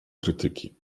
krytyki